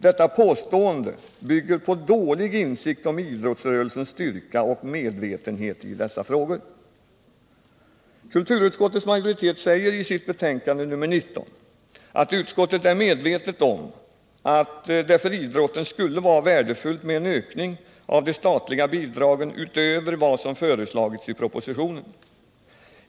Detta påstående bygger på dålig insikt om idrottsrörelsens styrka och medvetenhet i dessa frågor. Kulturutskottets majoritet säger i utskottets betänkande nr 19 att utskottet är medvetet om att det för idrotten skulle vara värdefullt med en ökning av de statliga bidragen utöver vad som föreslagits i propositionen.